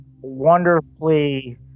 wonderfully